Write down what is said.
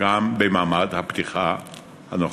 גם במעמד הפתיחה הנוכחי.